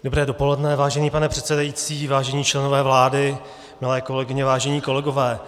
Dobré dopoledne, vážený pane předsedající, vážení členové vlády, milé kolegyně, vážení kolegové.